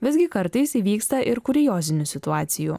visgi kartais įvyksta ir kuriozinių situacijų